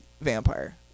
vampire